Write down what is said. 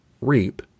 reap